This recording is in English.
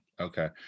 okay